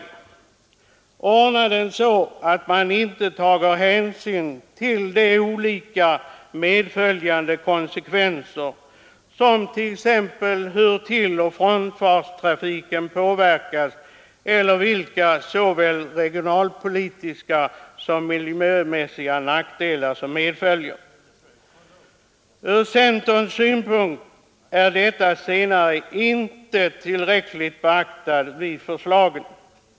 Man kan ordna förbindelsen så att man inte tar hänsyn till de olika konsekvenserna, som t.ex. hur tilloch frånfartstrafiken påverkas eller vilka regionalpolitiska och miljömässiga nackdelar som medföljer. Från centerns synpunkt är detta senare inte tillräckligt beaktat i förslaget.